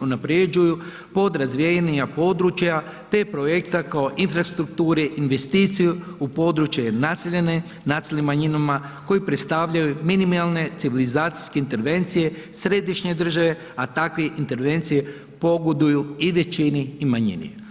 unapređuju podrazvijenija područja te projekta kao infrastrukture, investiciju u područje naseljene nacionalnim manjinama koje predstavljaju minimalne civilizacijske intervencije središnje države a takve intervencije pogoduju i većini i manjini.